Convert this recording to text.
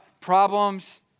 problems